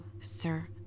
Sir